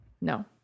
No